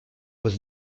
was